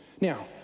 Now